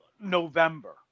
November